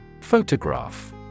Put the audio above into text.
Photograph